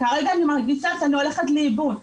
כרגע אני מרגישה שאני הולכת לאיבוד.